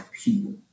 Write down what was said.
people